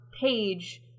page